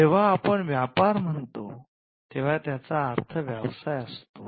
जेव्हा आपण व्यापार म्हणतो तेंव्हा त्याचा अर्थ व्यवसाय असतो